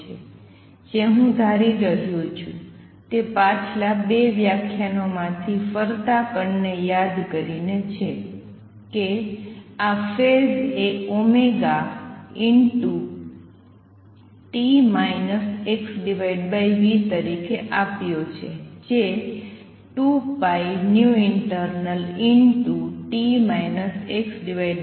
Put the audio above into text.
જે હું ધારી રહ્યો છું તે પાછલા ૨ વ્યાખ્યાનોમાંથી ફરતા કણ ને યાદ કરી ને છે કે આ ફેઝ એ t xv તરીકે આપ્યો છે જે 2πinternalt xv છે